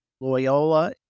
Loyola